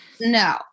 No